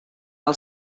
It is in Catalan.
del